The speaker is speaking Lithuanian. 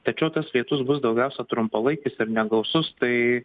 tačiau tas lietus bus daugiausia trumpalaikis ir negausus tai